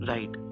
Right